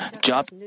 Job